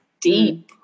deep